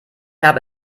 habe